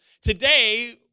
Today